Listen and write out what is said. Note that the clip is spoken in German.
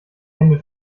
hände